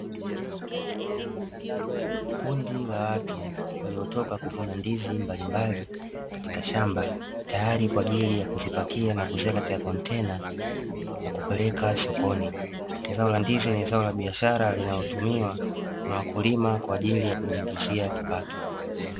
Kundi la watu waliotoka kuvuna ndizi mbalimbali katika shamba, tayari kwa ajili ya kuzipakia na kuziweka katika kontena na kupeleka sokoni. Zao la ndizi ni zao la biashara linalotumiwa na wakulima kwa ajili ya kujiingizia kipato.